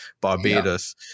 Barbados